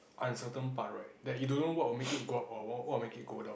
uncertain part right that you don't know what will make it go up or what will make it go down